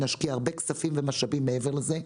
נשקיע הרבה כספים ומשאבים מעבר לזה.